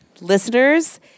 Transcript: listeners